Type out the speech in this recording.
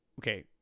Okay